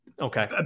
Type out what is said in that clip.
Okay